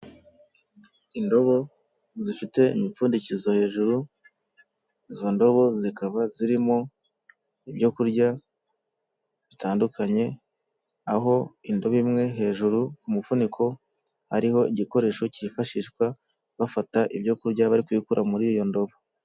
Indobo zifite imipfundikizo hejuru, izo ndobo zikaba zirimo ibyo kurya bitandukanye, aho indobo imwe hejuru ku mufuniko hariho igikoresho cyifashishwa bafata ibyo kurya bari kubikura muri iyo ndobo.